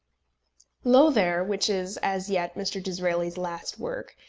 lothair, which is as yet mr. disraeli's last work,